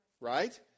Right